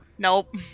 Nope